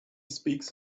speaks